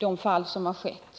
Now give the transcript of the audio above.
uppehållstillstånd?